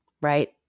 right